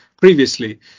previously